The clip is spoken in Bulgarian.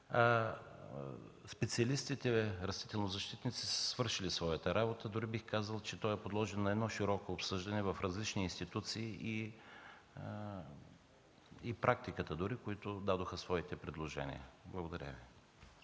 Специалистите – растителнозащитници са свършили своята работа, дори бих казал, че той е подложен на едно широко обсъждане в различни институции и практиката дори, които дадоха своите предложения. Благодаря Ви.